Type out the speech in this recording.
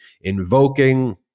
invoking